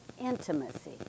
Intimacy